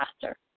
faster